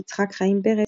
יצחק חיים פרץ,